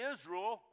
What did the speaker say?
Israel